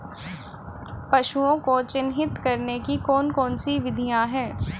पशुओं को चिन्हित करने की कौन कौन सी विधियां हैं?